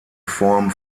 form